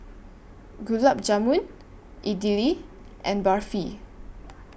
Gulab Jamun Idili and Barfi